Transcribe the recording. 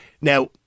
Now